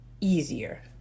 easier